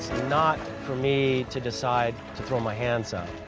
not for me to decide to throw my hands up.